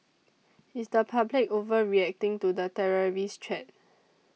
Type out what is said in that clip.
is the public overreacting to the terrorist threat